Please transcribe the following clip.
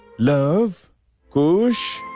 luv kush.